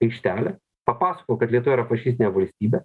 aikštelę papasakojo kad lietuva yra fašistinė valstybė